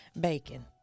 bacon